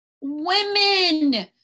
Women